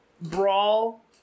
brawl